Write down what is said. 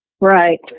Right